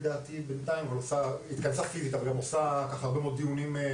אבל עכשיו אנחנו לשם בהירות נניח את הנוסח